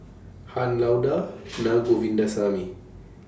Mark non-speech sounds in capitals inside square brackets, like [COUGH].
Han Lao DA [NOISE] Naa Govindasamy